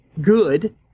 good